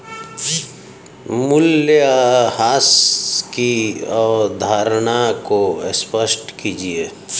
मूल्यह्रास की अवधारणा को स्पष्ट कीजिए